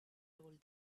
told